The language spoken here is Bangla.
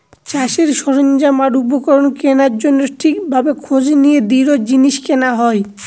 চাষের সরঞ্জাম আর উপকরণ কেনার জন্য ঠিক ভাবে খোঁজ নিয়ে দৃঢ় জিনিস কেনা হয়